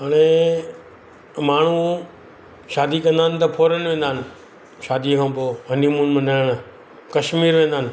हाणे माण्हू शादी कंदा आहिनि त फॉरन वेंदा आहिनि शादी खां पोइ हनीमून मल्हाइणु कश्मीर वेंदा आहिनि